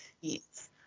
Yes